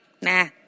Nah